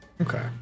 Okay